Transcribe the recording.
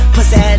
Pussy